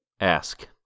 Ask